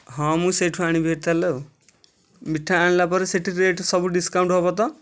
ହଁ ମୁଁ ସେଇଠୁ ଆଣିବି ଭାରି ତା'ହେଲେ ଆଉ ମିଠା ଆଣିଲା ପରେ ସେଇଠି ରେଟ୍ ସବୁ ଡ଼ିସ୍କାଉଣ୍ଟ୍ ହେବ ତ